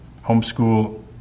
homeschool